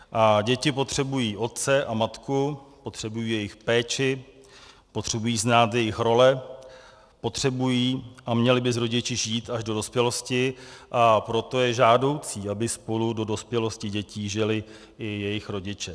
A děti potřebují otce a matku, potřebují jejich péči, potřebují znát jejich role, potřebují a měly by s rodiči žít až do dospělosti, a proto je žádoucí, aby spolu do dospělosti dětí žili i jejich rodiče.